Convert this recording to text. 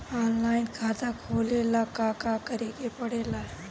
Online खाता खोले ला का का करे के पड़े ला?